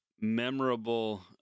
memorable